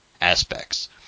aspects